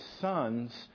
sons